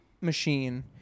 machine